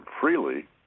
freely